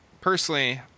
personally